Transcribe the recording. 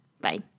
Bye